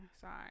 Sorry